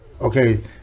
okay